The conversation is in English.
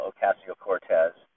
Ocasio-Cortez